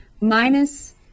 minus